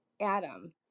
Adam